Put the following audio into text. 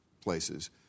places